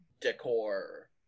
decor